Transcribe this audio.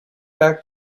back